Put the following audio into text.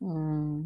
mm